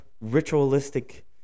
ritualistic